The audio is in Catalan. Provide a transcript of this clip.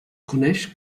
coneix